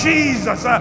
Jesus